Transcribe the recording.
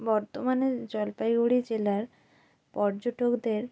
বর্তমানে জলপাইগুড়ি জেলার পর্যটকদের